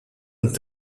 und